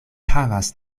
havas